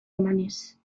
emanez